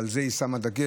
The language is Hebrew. ועל זה היא שמה דגש.